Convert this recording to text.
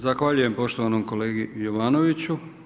Zahvaljujem poštovanom kolegi Jovanoviću.